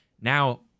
now